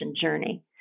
journey